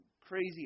crazy